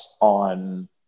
on